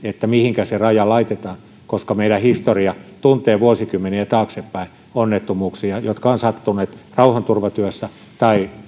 mihinkä se raja laitetaan koska meidän historia tuntee vuosikymmeniä taaksepäin onnettomuuksia jotka ovat sattuneet rauhanturvatyössä tai